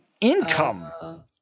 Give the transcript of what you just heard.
income –